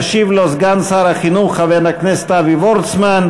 ישיב לו סגן שר החינוך, חבר הכנסת אבי וורצמן,